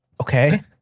Okay